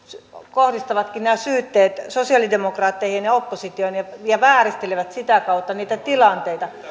kohdistavatkin nämä syytteet sosialidemokraatteihin ja oppositioon ja ja vääristelevät sitä kautta niitä tilanteita